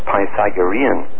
Pythagorean